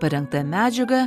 parengta medžiaga